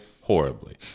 horribly